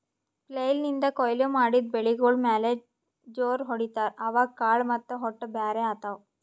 flail ನಿಂದ್ ಕೊಯ್ಲಿ ಮಾಡಿದ್ ಬೆಳಿಗೋಳ್ ಮ್ಯಾಲ್ ಜೋರ್ ಹೊಡಿತಾರ್, ಅವಾಗ್ ಕಾಳ್ ಮತ್ತ್ ಹೊಟ್ಟ ಬ್ಯಾರ್ ಆತವ್